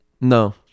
No